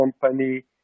company